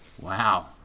Wow